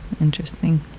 Interesting